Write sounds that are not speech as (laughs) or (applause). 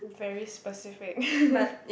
very specific (laughs)